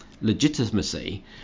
legitimacy